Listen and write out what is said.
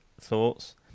thoughts